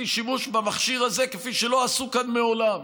שימוש במכשיר הזה כפי שלא עשו כאן מעולם.